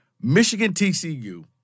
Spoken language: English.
Michigan-TCU